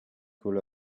could